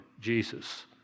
Jesus